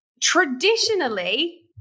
traditionally